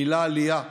המילה "עלייה"